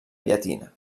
llatina